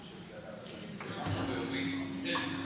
כן,